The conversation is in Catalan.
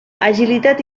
agilitat